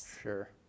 sure